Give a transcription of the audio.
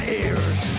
ears